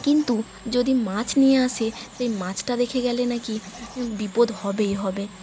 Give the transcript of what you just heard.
কিন্তু যদি মাছ নিয়ে আসে সেই মাছটা দেখে গেলে না কি বিপদ হবেই হবে